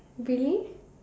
really